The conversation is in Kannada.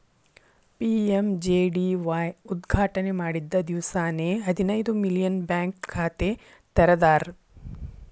ಪಿ.ಎಂ.ಜೆ.ಡಿ.ವಾಯ್ ಉದ್ಘಾಟನೆ ಮಾಡಿದ್ದ ದಿವ್ಸಾನೆ ಹದಿನೈದು ಮಿಲಿಯನ್ ಬ್ಯಾಂಕ್ ಖಾತೆ ತೆರದಾರ್